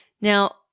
Now